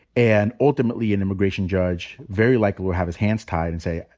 and ultimately, an immigrant and judge very likely will have his hands tied and say,